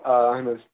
آ اَہَن حظ